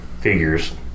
figures